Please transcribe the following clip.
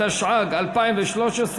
התשע"ג-2013,